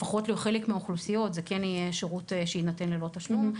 לפחות עבור חלק מהאוכלוסיות זה כן יהיה שירות שיינתן ללא תשלום,